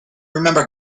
remember